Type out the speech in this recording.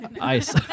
Ice